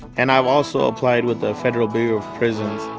and i've also applied with the federal bureau of prisons.